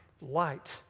light